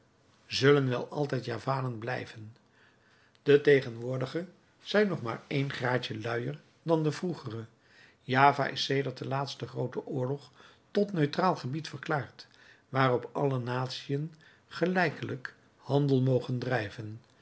zullen wel altijd javanen blijven de tegenwoordige zijn nog maar een graadje luier dan de vroegere java is sedert den laatsten grooten oorlog tot neutraal gebied verklaard waarop alle natiën gelijkelijk handel mogen drijven